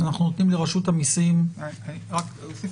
אז אנחנו נותנים לרשות המיסים --- רק אוסיף,